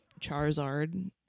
Charizard